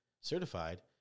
certified